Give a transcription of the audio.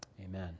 amen